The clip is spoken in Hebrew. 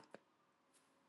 קישורים חיצוניים